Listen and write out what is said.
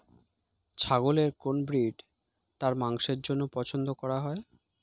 ছাগলের কোন ব্রিড তার মাংসের জন্য পছন্দ করা হয়?